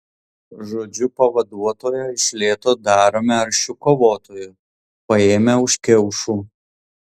žodžiu pavaduotoją iš lėto darome aršiu kovotoju paėmę už kiaušų